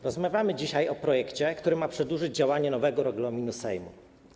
Rozmawiamy dzisiaj o projekcie, który ma przedłużyć działanie nowego regulaminu Sejmu.